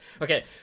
okay